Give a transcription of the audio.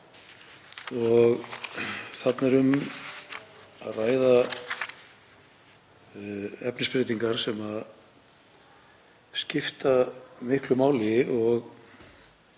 Þarna er um að ræða efnisbreytingar sem skipta miklu máli og